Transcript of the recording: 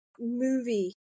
movie